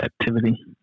Activity